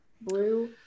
blue